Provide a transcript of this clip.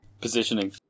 Positioning